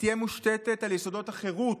תהא מושתתת על יסודות החירות,